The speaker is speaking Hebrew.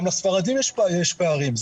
גם לספרדים יש פערים.